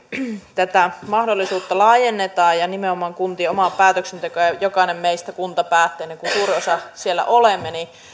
tätä mahdollisuutta laajennetaan ja nimenomaan kuntien omaa päätöksentekoa jokainen meistä kuntapäättäjänä niin kuin suurin osa siellä olemme